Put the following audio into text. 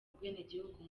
ubwenegihugu